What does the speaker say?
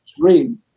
dream